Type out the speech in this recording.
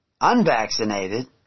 unvaccinated